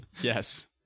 yes